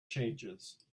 changes